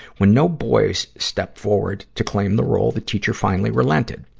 when no boys stepped forward to claim the role, the teacher finally relented.